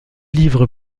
livres